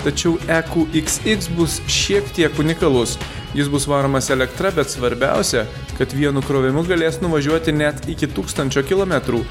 tačiau eku iks iks bus šiek tiek unikalus jis bus varomas elektra bet svarbiausia kad vienu krovimu galės nuvažiuoti net iki tūkstančio kilometrų